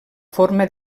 forma